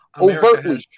overtly